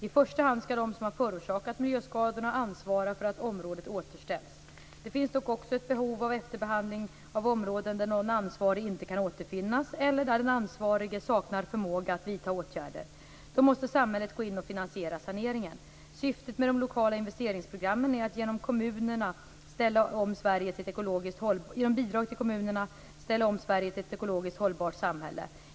I första hand skall de som förorsakat miljöskadorna ansvara för att området återställs. Det finns dock också ett behov av efterbehandling av områden där någon sådan ansvarig inte kan återfinnas eller där den ansvarige saknar förmåga att vidta åtgärder. Då måste samhället gå in och finansiera saneringen. Syftet med de lokala investeringsprogrammen är att genom bidrag till kommunerna ställa om Sverige till ett ekologiskt hållbart samhälle.